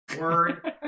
word